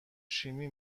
شیمی